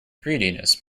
greediness